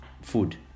food